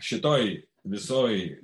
šitoj visoj